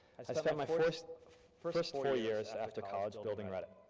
i spent my first first four years after college building reddit.